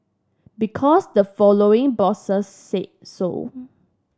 because the following bosses say so